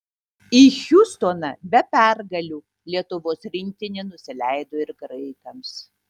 į hjustoną be pergalių lietuvos rinktinė nusileido ir graikams